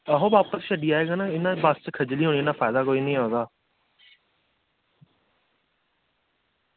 आहो छड्डी आयेगा ना इन्ना दी बस्स कोई फायदा निं ऐ साढ़ा